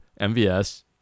MVS